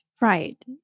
right